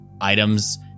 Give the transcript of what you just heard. items